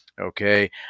okay